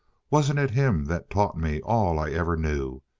wasn't it him that taught me all i ever knew?